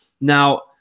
Now